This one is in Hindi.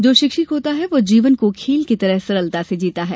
जो शिक्षित होता है वह जीवन को खेल की तरह सरलता से जीता है